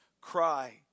cry